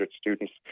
students